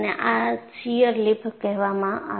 આને shear lip કહેવામાં આવે છે